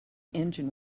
engine